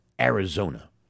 Arizona